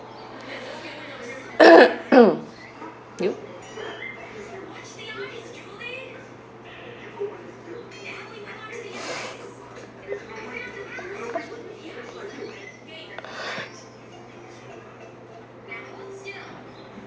you